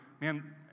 man